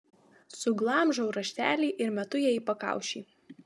suglamžau raštelį ir metu jai į pakaušį